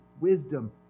wisdom